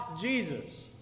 Jesus